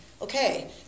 okay